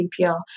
CPR